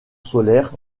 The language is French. solaire